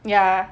ya